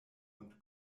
und